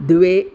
द्वे